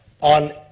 on